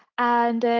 and